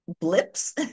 blips